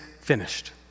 finished